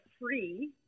free